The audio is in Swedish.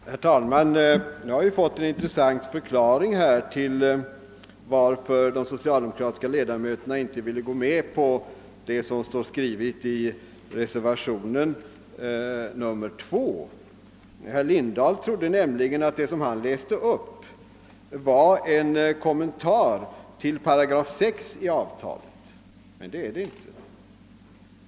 Herr talman! Nu har vi fått en intressant förklaring till varför de socialdemokratiska ledamöterna inte ville gå med på det som står i reservationen 2. Herr Lindahl trodde nämligen att det som han läste upp var en kommentar till § 6 i avtalet, men det är det inte.